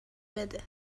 بده